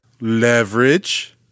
Leverage